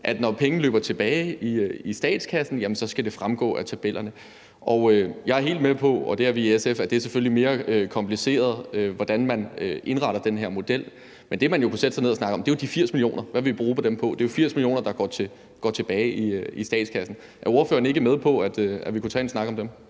at når penge løber tilbage i statskassen, skal det fremgå af tabellerne. Jeg er helt med på – det er vi i SF – at det selvfølgelig er mere kompliceret, hvordan man indretter den her model, men det, man jo kunne sætte sig ned og snakke om, er de 80 mio. kr., altså hvad vi vil bruge dem på. Det er jo 80 mio. kr., der går tilbage i statskassen. Er ordføreren ikke med på, at vi kunne tage en snak om dem?